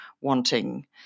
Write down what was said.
wanting